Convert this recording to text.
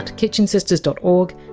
kitchensisters dot org,